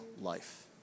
life